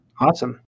Awesome